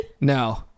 No